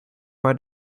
right